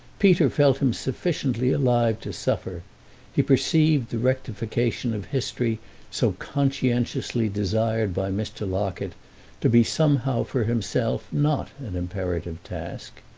peter felt him sufficiently alive to suffer he perceived the rectification of history so conscientiously desired by mr. locket to be somehow for himself not an imperative task.